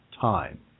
time